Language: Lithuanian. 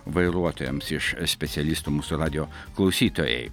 vairuotojams iš specialistų mūsų radijo klausytojai